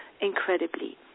incredibly